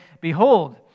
behold